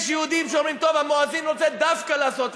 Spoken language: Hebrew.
יש יהודים שאומרים שהמואזין רוצה דווקא לעשות,